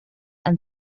and